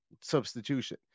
substitution